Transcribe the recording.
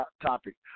topic